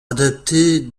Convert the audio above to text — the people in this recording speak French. adaptée